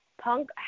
punk